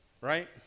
right